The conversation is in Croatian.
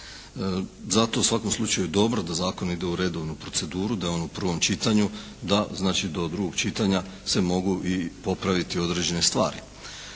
Zato je u svakom slučaju dobro da zakon ide u redovnu proceduru, da je on u prvom čitanju da znači do drugog čitanja se mogu popraviti određene stvari.